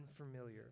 unfamiliar